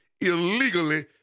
illegally